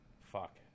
Fuck